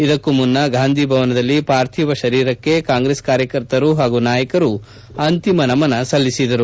ಇದಕ್ಕೂ ಮುನ್ನ ಗಾಂಧಿ ಭವನದಲ್ಲಿ ಪಾರ್ಥಿವ ಶರೀರಕ್ಷೆ ಕಾಂಗ್ರೆಸ್ ಕಾರ್ಯಕರ್ತರು ಹಾಗೂ ನಾಯಕರು ಅಂತಿಮ ನಮನ ಸಲ್ಲಿಸಿದರು